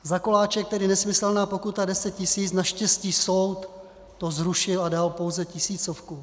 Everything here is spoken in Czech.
Za koláče tedy nesmyslná pokuta 10 tisíc, naštěstí soud to zrušil a dal pouze tisícovku.